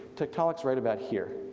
tiktaalik's right about here.